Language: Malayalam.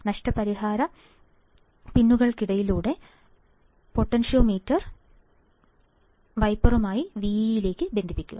നഷ്ടപരിഹാര പിന്നുകൾക്കിടയിലുള്ള പൊട്ടൻഷ്യോമീറ്റർ വൈപ്പറുമായി VEE ലേക്ക് ബന്ധിപ്പിക്കുക